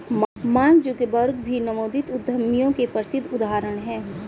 mark Zuckerberg भी नवोदित उद्यमियों के प्रसिद्ध उदाहरण हैं